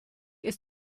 ist